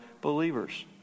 believers